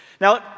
Now